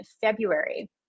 February